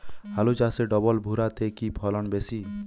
আলু চাষে ডবল ভুরা তে কি ফলন বেশি?